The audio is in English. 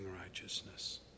righteousness